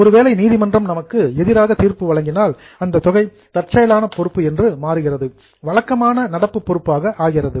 ஒருவேளை நீதிமன்றம் நமக்கு எதிராக தீர்ப்பு வழங்கினால் அந்த தொகை தற்செயலான பொறுப்பாக மாறுகிறது வழக்கமான கரண்ட் லியாபிலிடீ நடப்பு பொறுப்பாக ஆகிறது